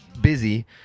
busy